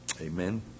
Amen